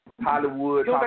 Hollywood